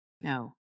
No